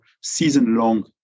season-long